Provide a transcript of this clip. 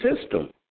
system